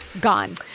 gone